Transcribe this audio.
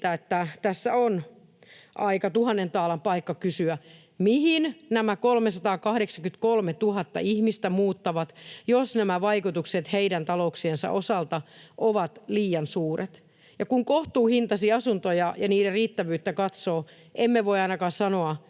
että tässä on aika tuhannen taalan paikka kysyä, mihin nämä 383 000 ihmistä muuttavat, jos nämä vaikutukset heidän talouksiensa osalta ovat liian suuret, ja kun kohtuuhintaisia asuntoja ja niiden riittävyyttä katsoo, emme voi ainakaan sanoa,